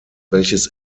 welches